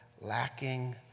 lacking